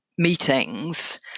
Meetings